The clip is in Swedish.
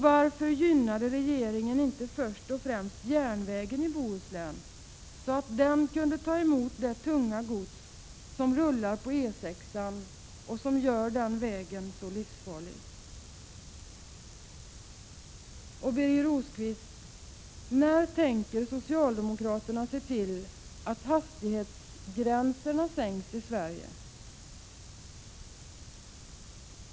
Varför gynnade regeringen inte först och främst järnvägen i Bohuslän, så att den kunde ta emot det tunga gods som rullar på E 6-an som gör denna väg så livsfarlig? Och, Birger Rosqvist, när tänker socialdemokraterna se till att hastighetsgränserna sänks i Sverige?